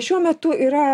šiuo metu yra